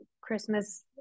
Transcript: Christmas